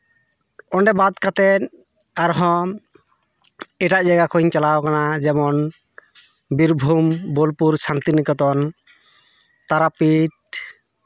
ᱚᱸᱰᱮ ᱵᱟᱫᱽ ᱠᱟᱛᱮᱫ ᱟᱨᱦᱚᱸ ᱮᱴᱟᱜ ᱡᱟᱭᱜᱟ ᱠᱚᱧ ᱪᱟᱞᱟᱣ ᱠᱟᱱᱟ ᱡᱮᱢᱚᱱ ᱵᱤᱨᱵᱷᱩᱢ ᱵᱳᱞᱯᱩᱨ ᱥᱟᱱᱛᱤᱱᱤᱠᱮᱛᱚᱱ ᱛᱟᱨᱟᱯᱤᱴᱷ